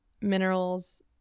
minerals